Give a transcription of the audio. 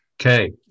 Okay